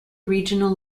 regional